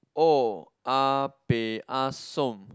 oh-ya-beh-ya-som